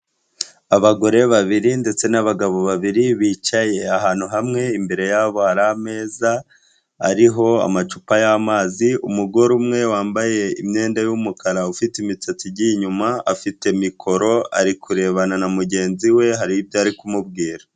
Abagore babiri ndetse n'abagabo babiri bicaye ahantu hamwe imbere yabo hari ameza, ariho amacupa y'amazi, umugore umwe wambaye imyenda y'umukara ufite imisatsi igiye inyuma, afite mikoro ari kurebana na mugenzi we hari ibyo ari kumubwira.